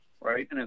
right